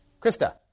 Krista